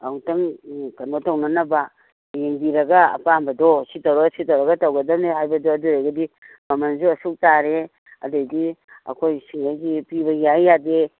ꯑꯃꯨꯛꯇꯪ ꯀꯩꯅꯣ ꯇꯧꯅꯅꯕ ꯌꯦꯡꯕꯤꯔꯒ ꯑꯄꯥꯝꯕꯗꯣ ꯁꯤ ꯇꯧꯔꯒ ꯁꯤ ꯇꯧꯔꯒ ꯇꯧꯒꯗꯝꯅꯦ ꯍꯥꯏꯕꯗꯣ ꯑꯗꯨ ꯑꯣꯏꯔꯒꯗꯤ ꯃꯃꯟꯗꯣ ꯑꯁꯨꯛ ꯇꯥꯔꯦ ꯑꯗꯨꯏꯗꯤ ꯑꯩꯈꯣꯏ ꯁꯤꯉꯩꯗꯤ ꯄꯤꯕ ꯌꯥꯏ ꯌꯥꯗꯦ